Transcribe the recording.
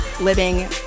living